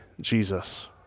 Jesus